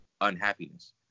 unhappiness